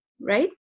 right